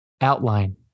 outline